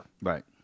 right